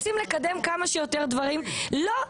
רצים לקדם כמה שיותר דברים אבל לא,